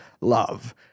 love